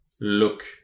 look